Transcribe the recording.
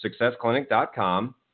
successclinic.com